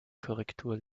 korrektur